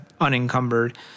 unencumbered